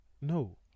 no